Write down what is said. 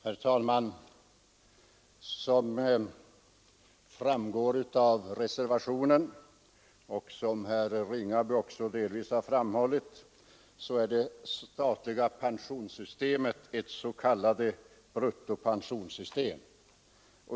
Herr talman! Som framgår av reservationen 2 och som herr Ringaby delvis har framhållit, är det statliga pensionssystemet ett s.k. bruttopensionssystem.